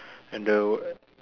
and the